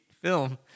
film